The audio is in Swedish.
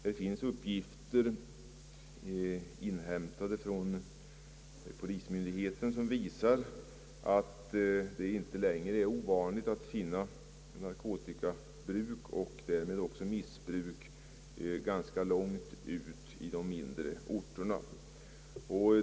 Det finns uppgifter, inhämtade från polismyndigheten, som visar att det inte längre är ovanligt att finna narkotikabruk och därmed också missbruk ganska långt ut i mindre orter.